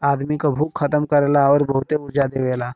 आदमी क भूख खतम करेला आउर बहुते ऊर्जा देवेला